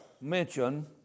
mention